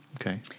Okay